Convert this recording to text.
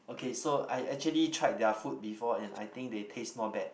okay so I actually tried their food before and I think they taste not bad